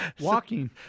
walking